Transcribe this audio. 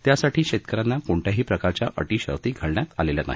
त्यासाठी शेतकऱ्यांना कोणत्याही प्रकारच्या अटी शर्ती घालण्यात आलेल्या नाही